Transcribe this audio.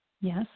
Yes